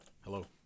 Hello